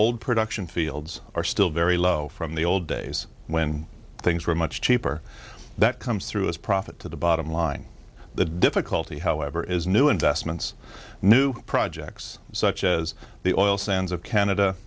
old production fields are still very low from the old days when things were much cheaper that comes through as profit to the bottom line the difficulty however is new investments new projects such as the oil sands of canada